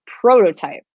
prototype